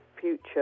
future